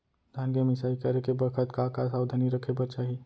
धान के मिसाई करे के बखत का का सावधानी रखें बर चाही?